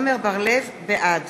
בעד